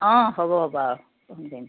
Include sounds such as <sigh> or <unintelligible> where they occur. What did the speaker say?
অঁ হ'ব বাৰু <unintelligible>